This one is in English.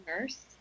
nurse